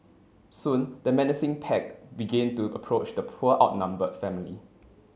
soon the menacing pack began to approach the poor outnumbered family